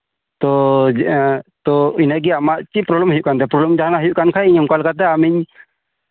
ᱛᱚ ᱤᱱᱟᱹ ᱜᱮ ᱟᱢᱟᱜ ᱪᱮᱫ ᱯᱨᱚᱵᱞᱮᱢ ᱦᱩᱭᱩᱜ ᱠᱟᱱᱛᱮ ᱤᱱᱟᱹᱜᱮ ᱟᱢᱟᱜ ᱪᱮᱫ ᱯᱨᱚᱵᱞᱮᱢ ᱦᱩᱭᱩᱜ ᱠᱟᱱ ᱛᱮ ᱡᱟᱦᱟᱸᱱᱟᱜ ᱯᱨᱚᱵᱞᱮᱢ ᱦᱩᱭᱩᱜ ᱠᱟᱱ ᱠᱷᱟᱡ ᱚᱱᱠᱟᱞᱮᱠᱟᱛᱮ ᱤᱧ ᱟᱢᱤᱧ